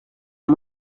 amb